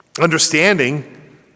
understanding